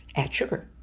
add sugar.